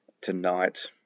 tonight